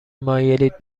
مایلید